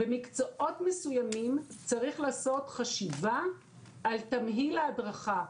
במקצועות מסוימים צריך לעשות חשיבה על תמהיל ההדרכה.